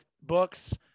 books